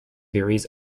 varies